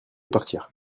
partir